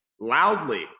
loudly